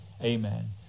Amen